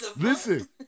Listen